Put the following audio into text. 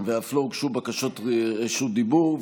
ואף לא הוגשו בקשות רשות דיבור.